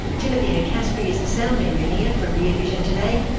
timothy nicastri is the sound engineer for rear vision today.